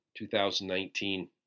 2019